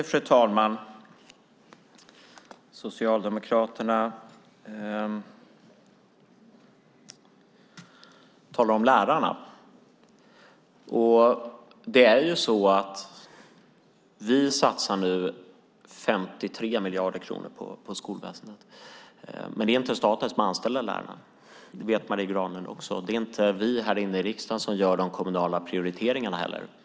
Fru talman! Socialdemokraterna talar om lärarna. Vi satsar nu 53 miljarder kronor på skolväsendet. Men det är inte staten som anställer lärarna, och det vet Marie Granlund också. Det är inte heller vi här inne i riksdagen som gör de kommunala prioriteringarna.